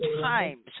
times